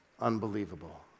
unbelievable